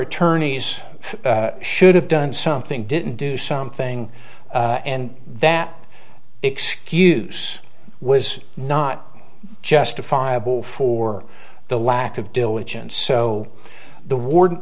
attorneys should have done something didn't do something and that excuse was not justifiable for the lack of diligence so the warden